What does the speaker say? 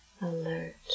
alert